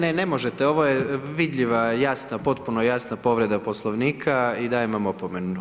Ne, ne, ne možete ovo je vidljiva, jasna, potpuno jasna povreda Poslovnika i dajem vam opomenu.